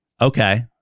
Okay